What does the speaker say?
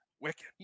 Wicked